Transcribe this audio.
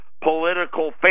political